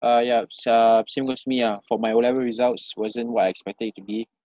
uh yup s~ um same goes to me ah for my O level results wasn't what I expected it to be